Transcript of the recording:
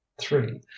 three